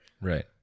Right